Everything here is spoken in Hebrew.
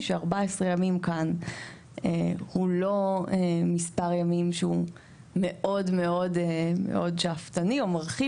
ש-14 ימים כאן הוא לא מספר ימים שהוא מאוד מאוד שאפתני או מרחיב.